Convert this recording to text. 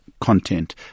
content